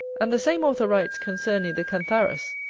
and the same author writes concerning the cantharus,